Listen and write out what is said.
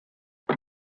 the